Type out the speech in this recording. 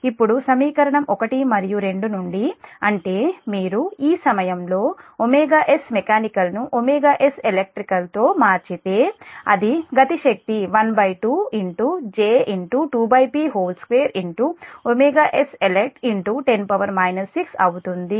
ఇప్పుడు సమీకరణం 1 మరియు 2 నుండి అంటే మీరు ఈ సమీకరణంలో s mech ను s elect తో మార్చితే అది గతి శక్తి 12 J 2P2s elect10 6 అవుతుంది